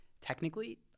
Technically